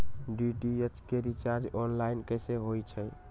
DTH के recharge online कैसे होईछई?